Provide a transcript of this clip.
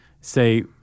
say